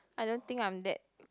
I don't think I'm that